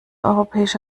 europäische